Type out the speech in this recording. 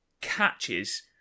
catches